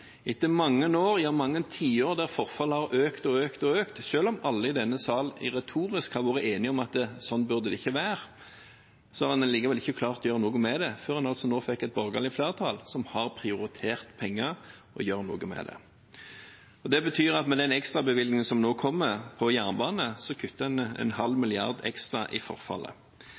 Etter mange år, ja mange tiår, der forfallet har økt og økt, og selv om alle i denne salen retorisk har vært enige om at sånn burde det ikke være, har en allikevel ikke klart å gjøre noe med det, før en nå fikk et borgerlig flertall som har prioritert penger og gjør noe med det. Det betyr at en med den ekstrabevilgningen som nå kommer på jernbane, kutter en halv milliard ekstra i forfallet.